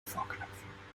vorknöpfen